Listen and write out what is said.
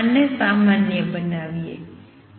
આને સામાન્ય બનાવીએ